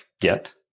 get